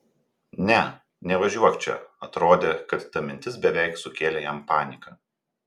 ne nevažiuok čia atrodė kad ta mintis beveik sukėlė jam paniką